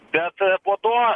bet po to